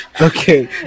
Okay